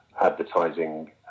advertising